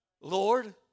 Lord